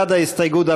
בעד ההסתייגות,